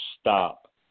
stop